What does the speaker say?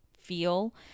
feel